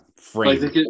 frame